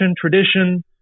tradition